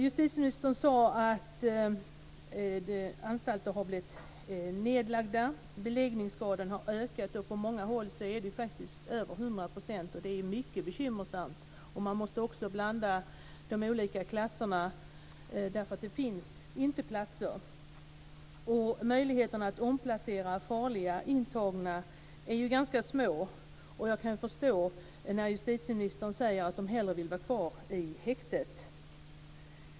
Justitieministern sade att anstalter har lagts ned och att beläggningsgraden ökat. På många håll är beläggningen faktiskt över hundra procent, vilket är mycket bekymmersamt. Man måste också blanda de olika klasserna därför att det inte finns tillräckligt med platser. Möjligheten att omplacera farliga intagna är ganska små, och jag kan förstå att de, som justitieministern säger, hellre vill vara kvar i häktet.